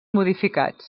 modificats